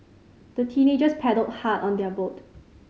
the teenagers paddled hard on their boat